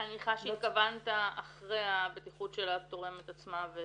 אני מניחה שהתכוונת אחרי הבטיחות של התורמת עצמה.